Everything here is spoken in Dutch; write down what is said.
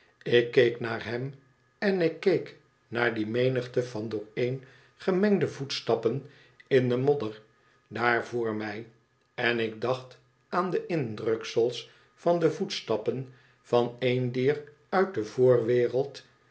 ik keek naar hem en ik keek naar die menigte van dooreen gemengde voetstappen in de modder daar vr mij en ik dacht aan de indruksels van de voetstappen van een dier uit de